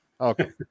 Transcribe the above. Okay